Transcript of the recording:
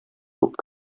күп